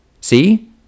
See